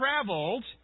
traveled